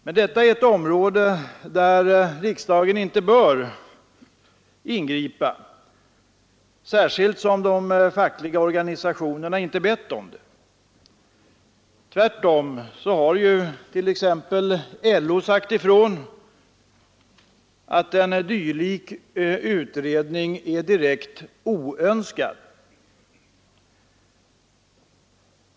Men detta är ett område där riksdagen inte bör ingripa, särskilt som de fackliga organisationerna inte bett om det. Tvärtom har t.ex. LO sagt ifrån att en dylik utredning är direkt oönskad.